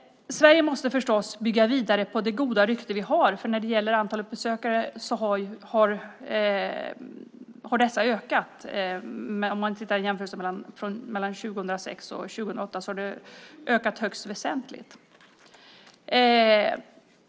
Sverige måste förstås bygga vidare på det goda rykte som vi har. Antalet besökare har ökat högst väsentligt mellan 2006 och 2008.